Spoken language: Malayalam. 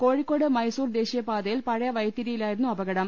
കോഴിക്കോട് മൈസൂർ ദേശീയ പാതയിൽ പഴയ വൈത്തിരിയിലായിരുന്നു അപകടം